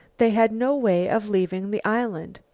they had no way of leaving the island.